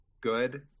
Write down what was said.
good